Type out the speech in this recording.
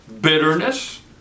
Bitterness